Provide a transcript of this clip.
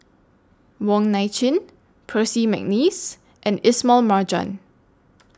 Wong Nai Chin Percy Mcneice and Ismail Marjan